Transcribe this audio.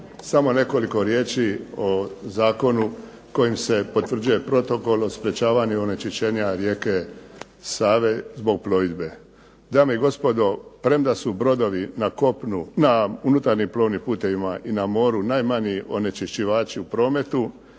Samo nekoliko riječi o zakonu kojim se potvrđuje Protokol o sprječavanju onečišćenja rijeke Save zbog plovidbe. Dame i gospodo, premda su brodovi na unutarnjim plovnim putevima i na moru najmanji onečišćivači u prometu